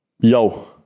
yo